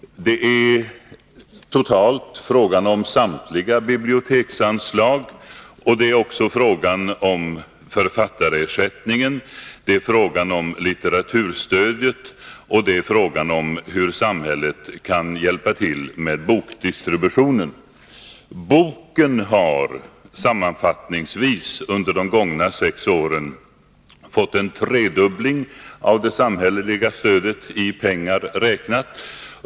Totalt är det fråga om samtliga bilbioteksanslag, författarersättningen, litteraturstödet och hur samhället kan hjälpa till med bokdistributionen. Sammanfattningsvis har det för bokens del under de gångna sex åren blivit en tredubbling av det samhälleliga stödet i pengar räknat.